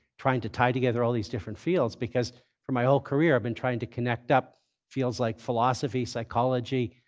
trying to tie together all these different fields, because for my whole career, i've been trying to connect up fields like philosophy, psychology,